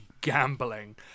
gambling